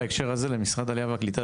בהקשר הזה אני אגיד למשרד העלייה והקליטה,